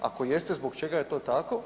Ako jeste zbog čega je to tako?